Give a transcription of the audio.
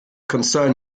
concern